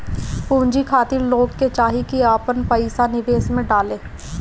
पूंजी खातिर लोग के चाही की आपन पईसा निवेश में डाले